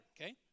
okay